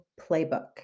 playbook